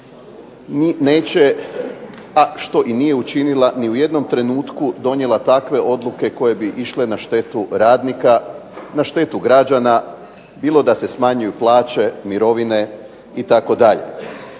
neće a što i nije učinila ni u jednom trenutku donijela takve odluke koje bi išle na štetu radnika, na štetu građana, bilo da se smanjuju plaće, mirovine itd.